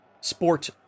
sport